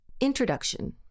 Introduction